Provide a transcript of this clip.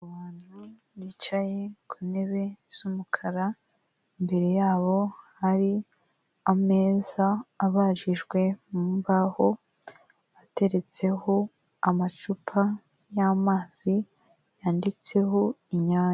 Abantu bicaye ku ntebe z'umukara, imbere yabo hari ameza abajijwe mu mbaho, ateretseho amacupa y'amazi yanditseho inyange.